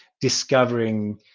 discovering